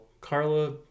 Carla